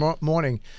morning